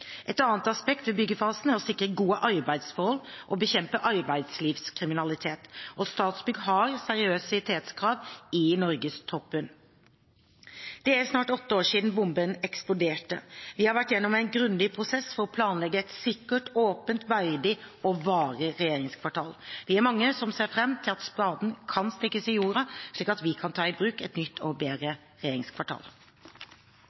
Et annet aspekt ved byggefasen er å sikre gode arbeidsforhold og bekjempe arbeidslivskriminalitet, og Statsbygg har seriøsitetskrav i norgestoppen. Det er snart åtte år siden bomben eksploderte. Vi har vært igjennom en grundig prosess for å planlegge et sikkert, åpent, verdig og varig regjeringskvartal. Vi er mange som ser fram til at spaden kan stikkes i jorda, slik at vi kan ta i bruk et nytt og